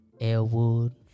Elwood